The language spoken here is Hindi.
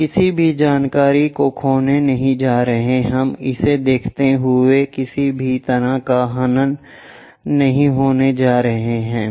हम किसी भी जानकारी को खोने नहीं जा रहे हैं हम इसे देखते हुए किसी भी तरह का हनन नहीं करने जा रहे हैं